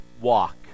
Walk